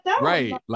right